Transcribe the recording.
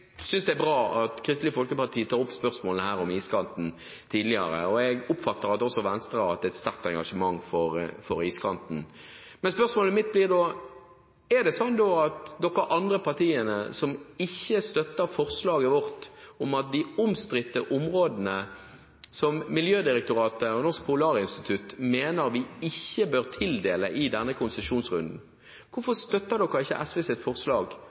synes det er bra at Kristelig Folkeparti tidligere har tatt opp spørsmålet om iskanten. Jeg oppfatter det slik at også Venstre har hatt et sterkt engasjement for iskanten. Spørsmålet mitt blir da: De partiene som ikke støtter forslaget vårt som handler om de omstridte områdene som Miljødirektoratet og Norsk Polarinstitutt mener vi ikke bør tildele i denne konsesjonsrunden, hvorfor støtter de ikke SVs forslag